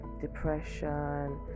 Depression